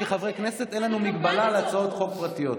כחברי כנסת, אין לנו הגבלה על הצעות חוק פרטיות.